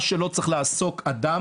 יכול לדעת.